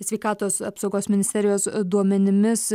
sveikatos apsaugos ministerijos duomenimis